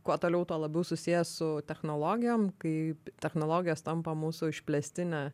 kuo toliau tuo labiau susiję su technologijom kai technologijos tampa mūsų išplėstine